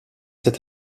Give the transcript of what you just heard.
sept